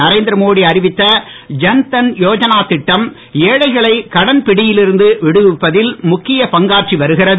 நரேந்திரமோடி அறிவித்த தன்தன்யோதனா தட்டம் ஏழைகளை கடன்பிடியில் இருந்து விடுவிப்பதில் முக்கிய பங்காற்றி வருகிறது